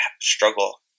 struggle